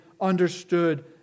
understood